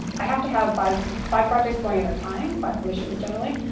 i have to have five five projects going at a time, five commissions generally,